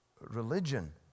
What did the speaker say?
religion